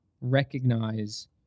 recognize